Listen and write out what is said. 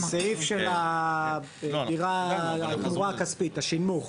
--- הסעיף של התמורה הכספית, השנמוך.